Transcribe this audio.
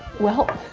well.